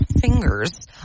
fingers